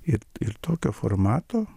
ir ir tokio formato